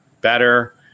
better